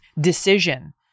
decision